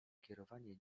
kierowanie